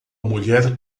mulher